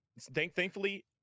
Thankfully